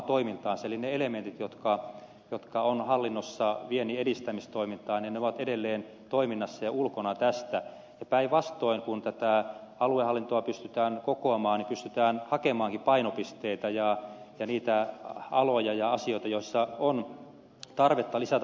eli ne elementit jotka ovat hallinnossa vienninedistämistoimintaan ovat edelleen toiminnassa ja ulkona tästä ja päinvastoin kun tätä aluehallintoa pystytään kokomaan pystytään hakemaankin painopisteitä ja niitä aloja ja asioita missä on tarvetta lisätä voimavaroja